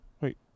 Wait